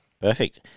Perfect